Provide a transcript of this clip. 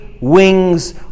wings